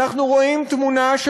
ואנחנו רואים תמונה אחרת,